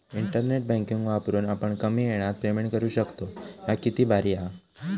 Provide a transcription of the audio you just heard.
internet banking वापरून आपण कमी येळात पेमेंट करू शकतव, ह्या किती भारी हां